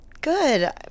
Good